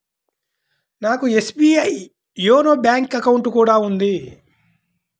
నాకు SBI YONO bank account కూడా ఉంది